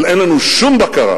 אבל אין לנו שום בקרה